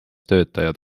töötajad